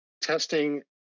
testing